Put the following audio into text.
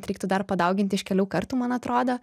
reiktų dar padaugint iš kelių kartų man atrodo